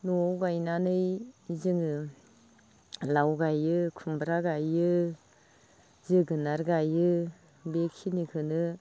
न'आव गायनानै जोङो लाव गायो खुमब्रा गायो जोगोनार गायो बेखिनिखोनो